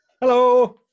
hello